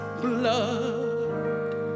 blood